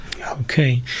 Okay